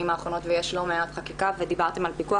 האחרונות ויש לא מעט חקיקה ודיברתם על פיקוח,